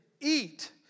eat